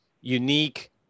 unique